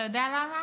אתה יודע למה?